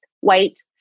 white